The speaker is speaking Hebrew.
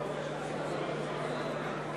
הצבעה אלקטרונית.